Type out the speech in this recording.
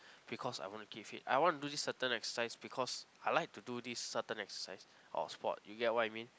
because I want to keep fit I want to do this certain exercise because I like to do this certain exercise or sport you get what I mean